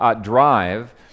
drive